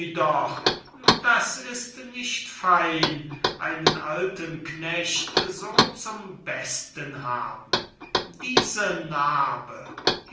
doch das ist nicht fein einen alten knecht so zum besten haben diese narbe